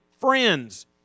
friends